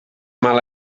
mal